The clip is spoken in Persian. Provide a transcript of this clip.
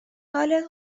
حالت